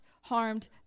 harmed